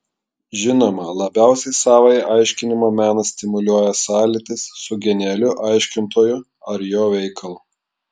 žinoma labiausiai savąjį aiškinimo meną stimuliuoja sąlytis su genialiu aiškintoju ar jo veikalu